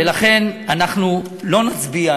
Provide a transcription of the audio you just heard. ולכן, אנחנו לא נצביע.